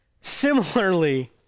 similarly